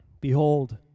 behold